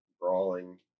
brawling